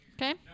Okay